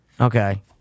Okay